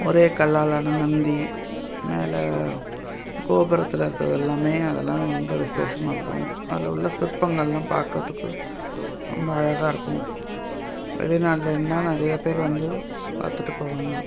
ஒரே கல்லால் ஆன நந்தி மேலே கோபுரத்தில் இருக்கறது எல்லாமே அதெல்லாம் ரொம்ப விசேஷமாக இருக்கும் அதில் உள்ள சிற்பங்கள்லாம் பார்க்கறதுக்கு ரொம்ப அழகாக இருக்கும் வெளிநாடுலேர்ந்து தான் நிறைய பேர் வந்து பார்த்துட்டுப் போவாங்கள்